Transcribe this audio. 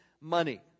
money